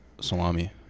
Salami